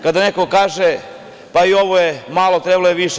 Kada neko kaže – pa i ovo je malo, trebalo je više.